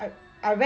I I read